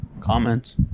Comments